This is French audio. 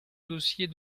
dossier